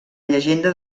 llegenda